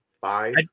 five